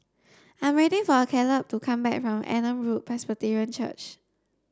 I'm waiting for Kaleb to come back from Adam Road Presbyterian Church